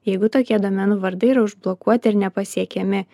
jeigu tokie domenų vardai yra užblokuoti ir nepasiekiami